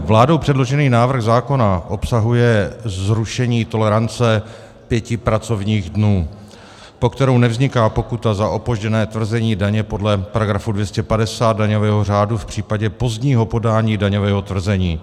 Vládou předložený návrh zákona obsahuje zrušení tolerance pěti pracovních dnů, po kterou nevzniká pokuta za opožděné tvrzení daně podle § 250 daňového řádu v případě pozdního podání daňového tvrzení.